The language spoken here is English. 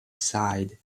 side